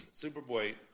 Superboy